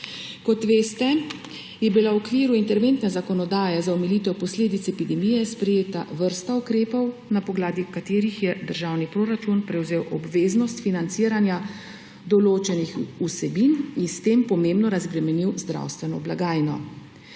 Kot veste, je bila v okviru interventne zakonodaje za omilitev posledic epidemije sprejeta vrsta ukrepov, na podlagi katerih je državni proračun prevzel obveznost financiranja določenih vsebin in s tem pomembno razbremenil zdravstveno blagajno.